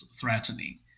threatening